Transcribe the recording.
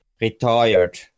retired